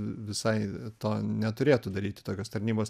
visai to neturėtų daryti tokios tarnybos